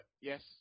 Yes